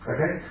Okay